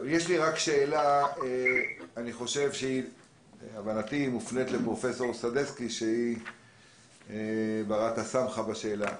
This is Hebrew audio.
יש לי שאלה שמופנית לפרופסור סדצקי שהיא בת הסמכה בנושא: